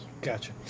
Gotcha